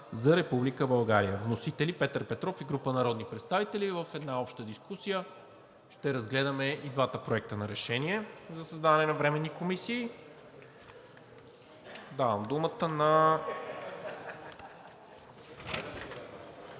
БЪЛГАРИЯ. Вносители са Петър Петров и група народни представители. В една обща дискусия ще разгледаме и двата проекта на решения за създаване на временни комисии. Откривам дискусията